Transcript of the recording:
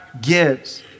gives